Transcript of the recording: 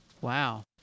Wow